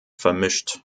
vermischt